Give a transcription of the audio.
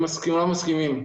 הם מסכימים.